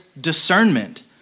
discernment